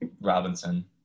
Robinson